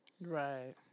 Right